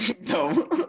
no